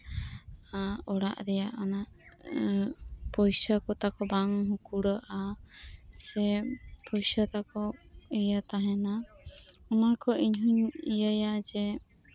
ᱟᱨ ᱚᱲᱟᱜ ᱨᱮᱭᱟᱜ ᱚᱱᱟᱯᱚᱭᱥᱟ ᱠᱚᱛᱟᱠᱩ ᱵᱟᱝ ᱠᱩᱲᱟᱹᱜ ᱟ ᱥᱮ ᱯᱩᱭᱥᱟᱛᱟᱠᱩ ᱤᱭᱟᱹ ᱛᱟᱦᱮᱱᱟ ᱚᱱᱟᱠᱷᱚᱡ ᱤᱧᱦᱚᱧ ᱤᱭᱟᱹᱭᱟ ᱡᱮ